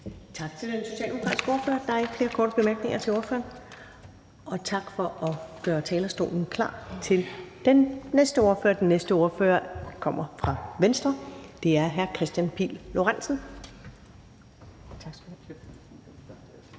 Tak til den socialdemokratiske ordfører. Der er ikke flere korte bemærkninger til ordføreren. Tak for at gøre talerstolen klar til den næste ordfører, som kommer fra Venstre. Det er hr. Kristian Pihl Lorentzen. Kl.